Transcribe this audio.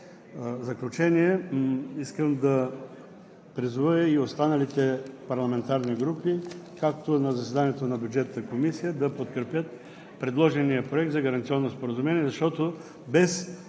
В заключение искам да призова и останалите парламентарни групи, както на заседанието на Бюджетната комисия, да подкрепят предложения Проект за гаранционно споразумение, защото без